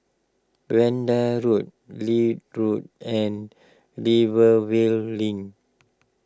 Vanda Road Leith Road and Rivervale Link